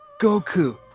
Goku